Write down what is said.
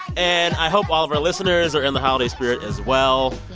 and i hope all of our listeners are in the holiday spirit as well.